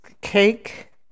cake